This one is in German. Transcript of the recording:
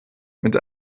mit